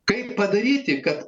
kaip padaryti kad